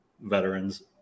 veterans